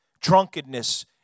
drunkenness